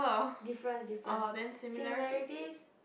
different different similarities